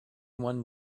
one